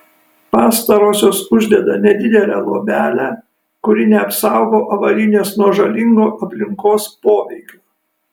pastarosios uždeda nedidelę luobelę kuri neapsaugo avalynės nuo žalingo aplinkos poveikio